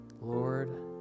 Lord